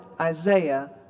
Isaiah